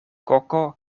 koko